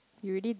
you already